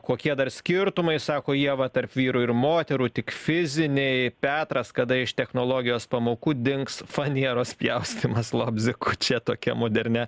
kokie dar skirtumai sako ieva tarp vyrų ir moterų tik fiziniai petras kada iš technologijos pamokų dings fanieros pjaustymas lobziku čia tokia modernią